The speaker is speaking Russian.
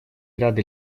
ряд